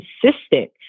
consistent